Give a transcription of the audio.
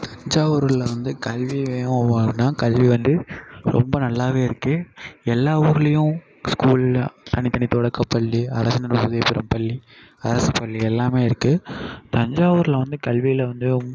தஞ்சாவூரில் வந்து கல்வி வேணும் அப்புடின்னா கல்வி வந்து ரொம்ப நல்லாவே இருக்குது எல்லா ஊர்லேயும் ஸ்கூலில் தனித்தனி தொடக்கப்பள்ளி அரசினர் உதவிப்பெறும் பள்ளி அரசுப்பள்ளி எல்லாமே இருக்குது தஞ்சாவூரில் வந்து கல்வியில் வந்து